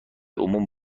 عموم